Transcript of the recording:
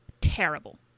terrible